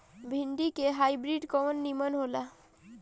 भिन्डी के हाइब्रिड कवन नीमन हो ला?